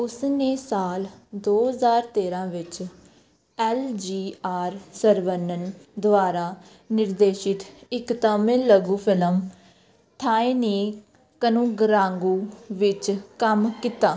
ਉਸ ਨੇ ਸਾਲ ਦੋ ਹਜ਼ਾਰ ਤੇਰ੍ਹਾਂ ਵਿੱਚ ਐਲ ਜੀ ਆਰ ਸਰਵਨਨ ਦੁਆਰਾ ਨਿਰਦੇਸ਼ਿਤ ਇੱਕ ਤਮਿਲ ਲਘੂ ਫ਼ਿਲਮ ਥਾਏ ਨੀ ਕਨੂਗਰਾਂਗੂ ਵਿੱਚ ਕੰਮ ਕੀਤਾ